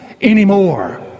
anymore